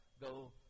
go